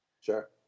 Sure